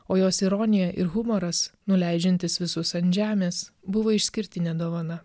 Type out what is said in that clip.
o jos ironija ir humoras nuleidžiantis visus ant žemės buvo išskirtinė dovana